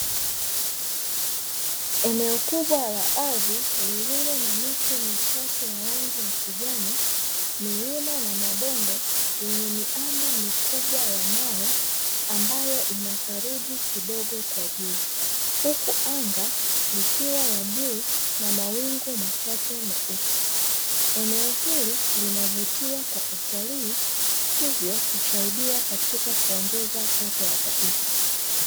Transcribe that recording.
Eneo kubwa la ardhi lililo na miti michache ya rangi ya kijani, milima na mabonde yenye miamba mikubwa ya mawe, ambayo inasaruji kidogo kwa juu. Huku anga likiwa la buluu na mawingu machache meupe. Eneo hili linavutia kwa utalii hivyo husaidia katika kuongeza pato la taifa.